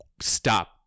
stop